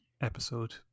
episode